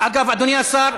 אגב אדוני השר,